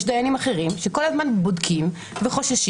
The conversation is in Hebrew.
יש דיינים אחרים שכל הזמן בודקים וחוששים